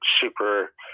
super